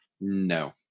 No